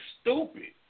stupid